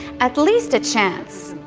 at least a chance.